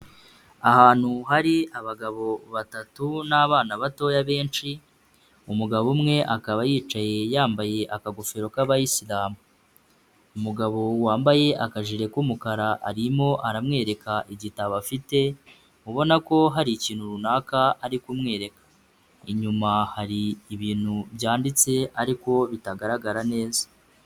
Ahantu hari abagabo batatu n'abana batoya benshi, umugabo umwe akaba yicaye yambaye akagofero k'abayisilamu. Umugabo wambaye akajire k'umukara arimo aramwereka igitabo afite, ubona ko hari ikintu runaka ari kumwereka. Inyuma hari ibintu byanditse ariko bitagaragara neza.